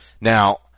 Now